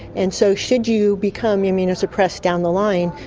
and so should you become immunosupressed down the line,